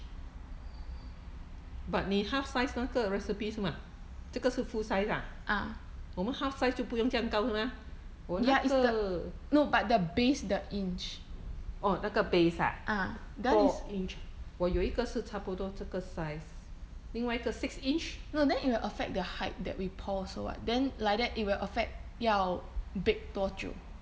ah ya is the no but the base the inch ah that one is no then it will affect the height that we pour also what then like that it will affect 要 bake 多久